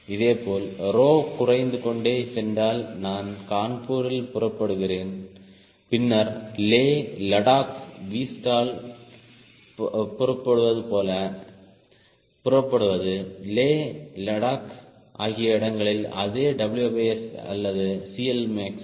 இதேபோல் ரோ குறைந்து கொண்டே சென்றால் நான் கான்பூரில் புறப்படுகிறேன் பின்னர் லே லடாக் Vstall புறப்படுவது லே லடாக் ஆகிய இடங்களில் அதே WS அல்லது CLmax க்கு